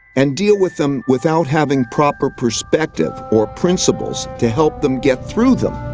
and deal with them without having proper perspective or principles to help them get through them.